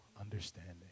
understanding